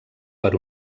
per